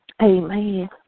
Amen